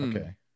Okay